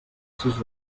sis